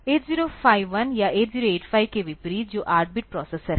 8051 या 8085 के विपरीत जो 8 बिट प्रोसेसर हैं